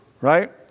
right